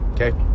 okay